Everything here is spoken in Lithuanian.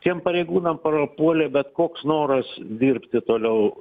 tiem pareigūnam prapuolė bet koks noras dirbti toliau